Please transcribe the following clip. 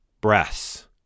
breaths